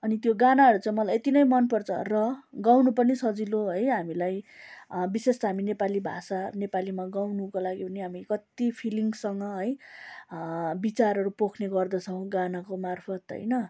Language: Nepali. अनि त्यो गानाहरू चाहिँ मलाई यत्ति नै मनपर्छ र गाउनु पनि सजिलो है हामीलाई विशेष त हामी नेपाली भाषा नेपालीमा गाउनुको लागि पनि हामी कत्ति फिलिङसँग है विचारहरू पोख्ने गर्दछौँ गानाको मार्फत् होइन